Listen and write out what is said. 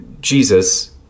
Jesus